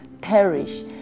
perish